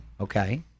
Okay